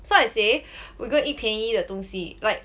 so I say we go eat 便宜的东西 like